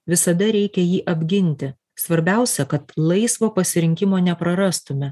visada reikia jį apginti svarbiausia kad laisvo pasirinkimo neprarastume